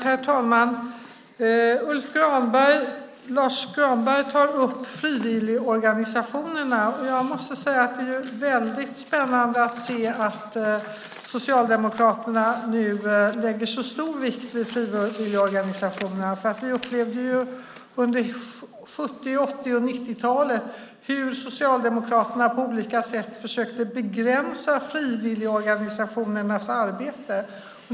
Herr talman! Lars U Granberg tar upp frivilligorganisationerna. Det är väldigt spännande att Socialdemokraterna nu lägger så stor vikt vid dem. Vi upplevde ju under 70-, 80 och 90-talet hur Socialdemokraterna på olika sätt försökte begränsa frivilligorganisationernas arbete.